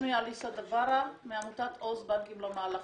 שמי אליסה דברה מעמותת "עוז בנקים לא מעל לחוק".